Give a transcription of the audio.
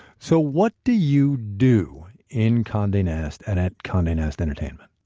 so what do you do in conde and nast and at conde and nast entertainment?